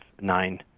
nine